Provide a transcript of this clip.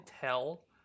tell